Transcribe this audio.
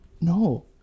No